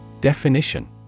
Definition